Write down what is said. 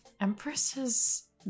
empresses